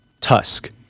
Tusk